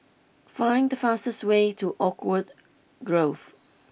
find the fastest way to Oakwood Grove